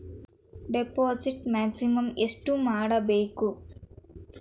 Deposit maximum ಎಷ್ಟು ಮಾಡಬೇಕು?